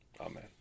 Amen